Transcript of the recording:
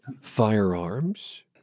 firearms